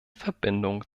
verbindung